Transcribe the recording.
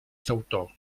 sautor